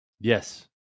Yes